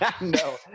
no